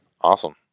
awesome